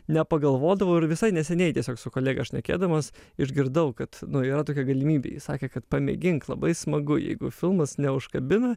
nepagalvodavau ir visai neseniai tiesiog su kolega šnekėdamas išgirdau kad nu yra tokia galimybė jis sakė kad pamėgink labai smagu jeigu filmas neužkabina